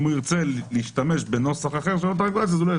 אם הוא ירצה להשתמש בנוסח אחר של אותה רגולציה הוא לא יוכל.